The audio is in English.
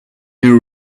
year